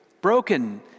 broken